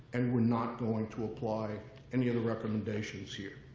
and we're not going to apply any of the recommendations here.